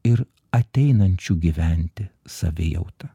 ir ateinančių gyventi savijauta